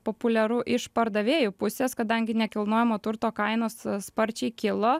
populiaru iš pardavėjų pusės kadangi nekilnojamo turto kainos sparčiai kilo